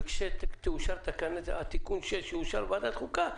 וכאשר תיקון 6 יאושר בוועדת חוקה,